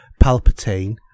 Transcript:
Palpatine